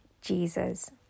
Jesus